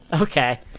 Okay